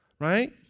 right